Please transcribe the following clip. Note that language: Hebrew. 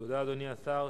תודה, אדוני השר.